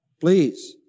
please